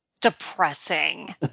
depressing